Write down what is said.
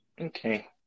Okay